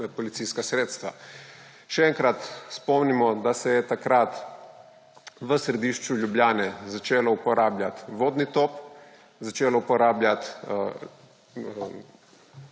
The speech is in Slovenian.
policijska sredstva. Še enkrat spomnimo, da se je takrat v središču Ljubljane začelo uporabljati vodni top, začelo uporabljati